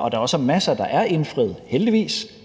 og der er også masser, der er indfriet, heldigvis.